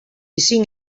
cinc